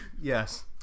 Yes